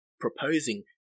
proposing